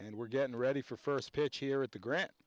and we're getting ready for first pitch here at the grant